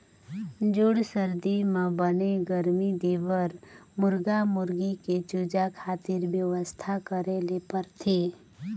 जूड़ सरदी म बने गरमी देबर मुरगा मुरगी के चूजा खातिर बेवस्था करे ल परथे